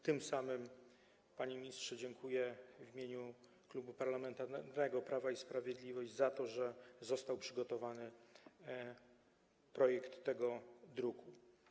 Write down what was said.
Tym samym, panie ministrze, dziękuję w imieniu Klubu Parlamentarnego Prawo i Sprawiedliwość za to, że został przygotowany projekt zawarty w tym druku.